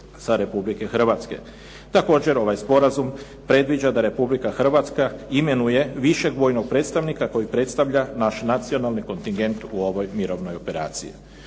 sa Republike Hrvatske. Također ovaj sporazum predviđa da Republika Hrvatska imenuje višeg vojnog predstavnika koji predstavlja naš nacionalni kontingent u ovoj mirovnoj operaciji.